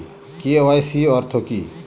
KYC অর্থ কি?